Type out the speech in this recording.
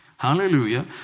Hallelujah